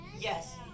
Yes